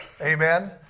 Amen